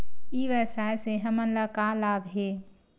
ई व्यवसाय से हमन ला का लाभ हे?